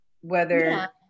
whether-